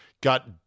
got